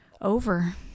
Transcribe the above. over